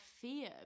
fear